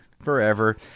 Forever